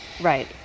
Right